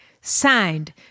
Signed